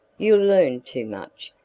you'll learn too much,